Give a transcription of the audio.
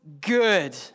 good